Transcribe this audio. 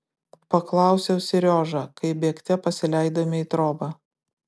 paklausiau seriožą kai bėgte pasileidome į trobą